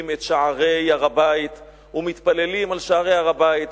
את שערי הר-הבית ומתפללים על שערי הר-הבית,